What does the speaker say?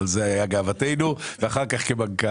על זה היה גאוותנו ואחר כך כמנכ"ל.